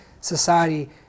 society